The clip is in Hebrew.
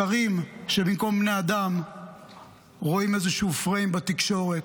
שרים שבמקום בני אדם רואים איזשהו פריים בתקשורת.